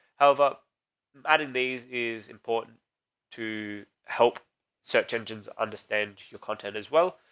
how about adding days is important to help search engines understand your content as well.